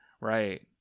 right